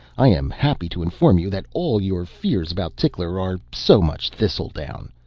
i am happy to inform you that all your fears about tickler are so much thistledown.